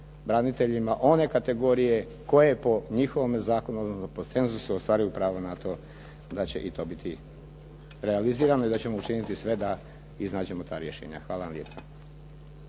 braniteljima one kategorije koje po njihovome zakonodavnom konsenzusu ostvaruju pravo na to da će i to biti realizirano i da ćemo učiniti sve da iznađemo ta rješenja. Hvala vam lijepa.